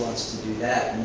to do that